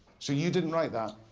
so you didn't write that?